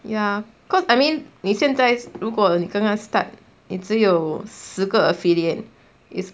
ya because I mean 你现在如果你刚刚 start 只有十个 affiliate is